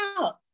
out